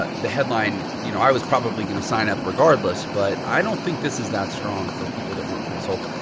the headline, you know, i was probably gonna sign up regardless but i don't think this is that strong for people that weren't pre-sold.